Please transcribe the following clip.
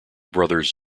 brothers